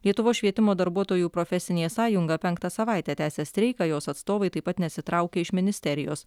lietuvos švietimo darbuotojų profesinė sąjunga penktą savaitę tęsia streiką jos atstovai taip pat nesitraukia iš ministerijos